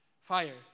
Fire